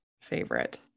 favorite